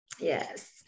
yes